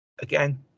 again